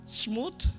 smooth